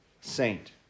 saint